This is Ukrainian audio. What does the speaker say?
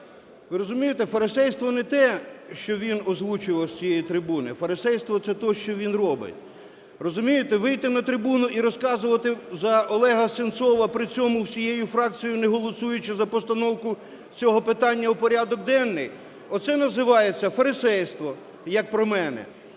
Ви розумієте, фарисейство – не те, що він озвучив ось з цієї трибуни. Фарисейство – це те, що він робить. Розумієте, вийти на трибуну і розказувати за Олега Сенцова, при цьому всією фракцією не голосуючи за постановку цього питання у порядок денний, оце називається "фарисейство", як про мене.